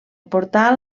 portal